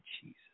Jesus